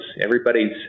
Everybody's